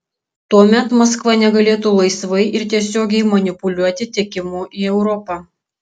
tuomet maskva negalėtų laisvai ir tiesiogiai manipuliuoti tiekimu į europą